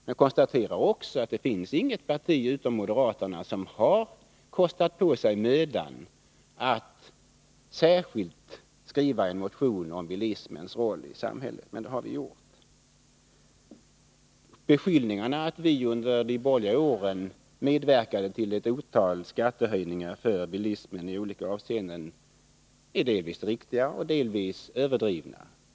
Men jag konstaterar att inget annat parti än moderaterna har kostat på sig mödan att skriva en särskild motion om bilismens roll i samhället. Beskyllningarna mot oss moderater för att vi under de borgerliga regeringsåren skulle ha medverkat till ett otal skattehöjningar för bilismen i olika avseenden är delvis riktiga men delvis också överdrivna.